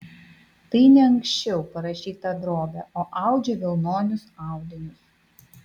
tai ne anksčiau parašyta drobė o audžia vilnonius audinius